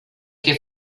que